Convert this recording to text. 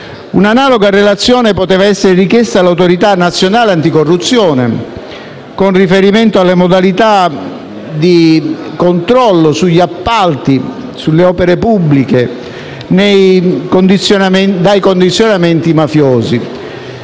Un'analoga relazione poteva essere richiesta all'Autorità nazionale anticorruzione con riferimento alle modalità di controllo degli appalti sulle opere pubbliche mediante condizionamenti mafiosi.